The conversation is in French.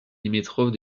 limitrophe